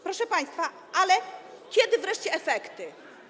Proszę państwa, ale kiedy wreszcie efekty?